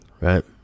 right